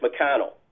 McConnell